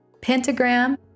pentagram